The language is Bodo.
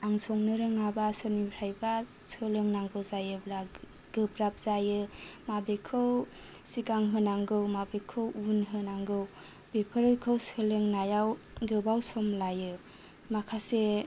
आं संनो रोङा बा सोरनिफ्रायबा सोलोंनांगौ जायोब्ला गोब्राब जायो माबेखौ सिगां होनांगौ माबेखौ उन होनांगौ बेफोरखौ सोलोंनायाव गोबाव सम लायो माखासे